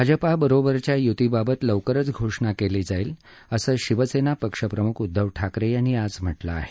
भाजपाबरोबरच्या युतीबाबत लवकरच घोषणा केली जाईल असं शिवसेना पक्ष प्रमुख उद्घव ठाकरे यांनी आज म्हटलं आहे